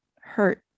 hurt